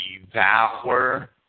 devour